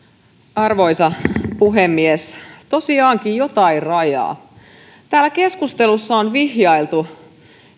arvoisa puhemies tosiaankin jotain rajaa täällä keskustelussa on vihjailtu